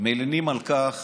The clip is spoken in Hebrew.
מלינים על כך